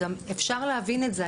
ואפשר להבין את זה,